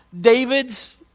David's